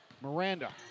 Miranda